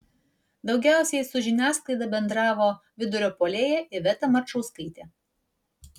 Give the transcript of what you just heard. daugiausiai su žiniasklaida bendravo vidurio puolėja iveta marčauskaitė